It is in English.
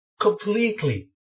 completely